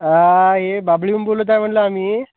हा ए बाभलीहून बोलत आहे म्हणलं आम्ही